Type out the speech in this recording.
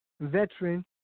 veteran